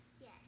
Yes